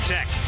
Tech